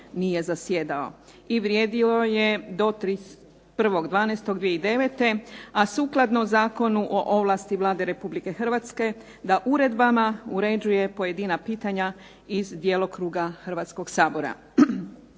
nije zasjedao i vrijedilo je do 31.12.2009. a sukladno Zakonu o ovlasti Vlade Republike Hrvatske da uredbama uređuje pojedina pitanja iz djelokruga Hrvatskoga sabora.